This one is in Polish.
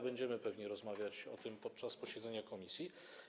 Będziemy pewnie rozmawiać o tym podczas posiedzenia komisji.